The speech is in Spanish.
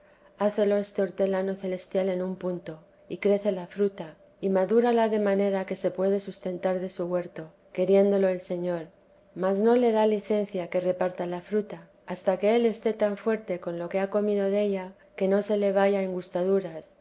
acaudalar hácelo este hortelano celestial en un punto y crece la fruta y madúrala de manera que se puede sustentar de su huerto queriéndolo el señor mas no le da licencia que reparta la fruta hasta que él esté tan fuerte con lo que ha comido della que no se le vaya en